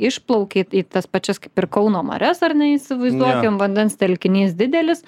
išplaukiat į tas pačias kaip ir kauno marias ar ne įsivaizduokim vandens telkinys didelis